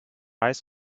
eyes